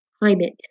climate